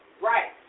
Right